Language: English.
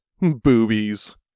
boobies